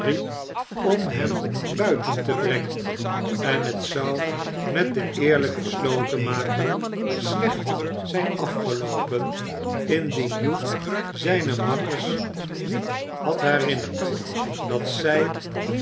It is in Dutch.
om hem buiten te brengen en het zou met den eerlijken slotenmaker slecht zijn afgeloopen indien hugh zijne makkers niet had herinnerd dat zij